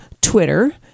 Twitter